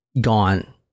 gone